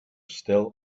still